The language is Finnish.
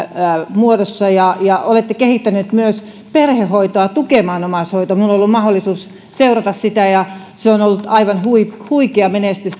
muodossa ja ja olette kehittänyt myös perhehoitoa tukemaan omaishoitoa minulla on ollut mahdollisuus seurata sitä ja perhehoidon tukeminen omaishoidossa on ollut aivan huikea huikea menestys